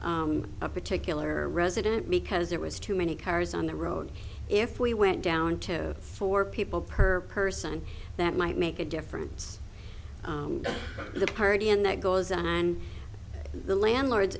a particular resident because there was too many cars on the road if we went down to four people per person that might make a difference to the party and that goes on and the landlords